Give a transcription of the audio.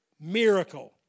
miracle